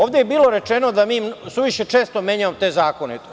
Ovde je bilo rečeno da mi suviše često menjamo te zakone.